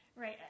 Right